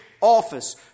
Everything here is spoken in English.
office